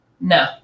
no